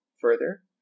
further